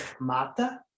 Mata